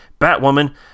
Batwoman